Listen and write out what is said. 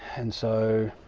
and so